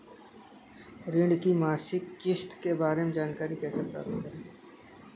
ऋण की मासिक किस्त के बारे में जानकारी कैसे प्राप्त करें?